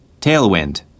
Tailwind